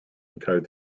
encode